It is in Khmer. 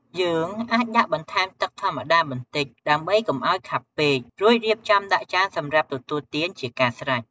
យើងអាចដាក់បន្ថែមទឹកធម្មតាបន្តិច ដើម្បីកុំឲ្យខាប់ពេក រួចរៀបចំដាក់ចានសម្រាប់ទទួលទានជាការស្រេច។